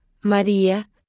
María